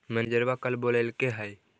मैनेजरवा कल बोलैलके है?